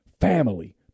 family